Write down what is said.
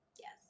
Yes